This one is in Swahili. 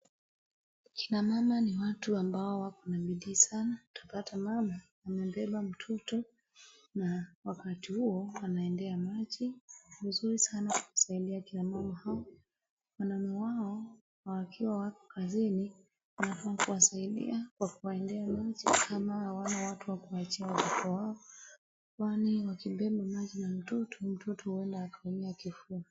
Akina mama ni watu ambao wako na bidii sana, utapata mama amebeba mtoto na wakati huo anaendea maji . Ni vizuri sana kusaidia akina mama hao. Wanaume wao wakiwa hawako kazini kuwasidia kuendea maji kama hawana watu wakuachia watoto wao , kwani wakibeba maji na mtoto aweze kuumia kifua.